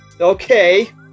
Okay